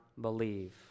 believe